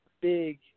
big